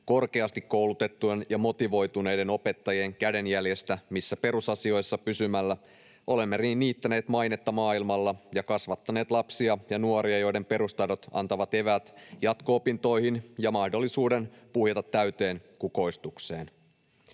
korkeasti koulutettujen ja motivoituneiden opettajien kädenjäljestä, missä perusasioissa pysymällä olemme niittäneet mainetta maailmalla ja kasvattaneet lapsia ja nuoria, joiden perustaidot antavat eväät jatko-opintoihin ja mahdollisuuden puhjeta täyteen kukoistukseen.